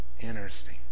Interesting